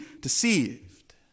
deceived